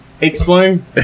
Explain